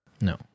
No